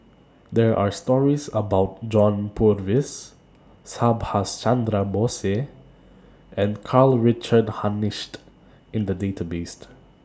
There Are stories about John Purvis Subhas Chandra Bose and Karl Richard Hanitsch in The Database